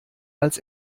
als